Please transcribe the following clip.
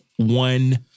One